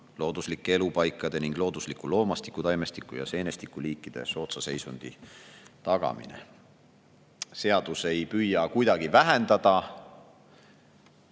looduslike elupaikade ning loodusliku loomastiku, taimestiku ja seenestiku liikide soodsa seisundi tagamine. Seadus ei püüa kuidagi vähendada